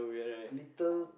little